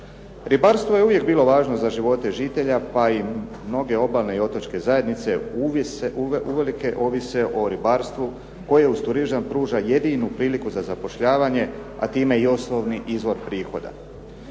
Ribarstvo je uvijek bilo važno za živote žitelja pa i mnoge obalne i otočke zajednice uvelike ovise o ribarstvu koje uz turizam pruža jedinu priliku za zapošljavanje a time i osnovni izvor prihoda.